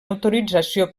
autorització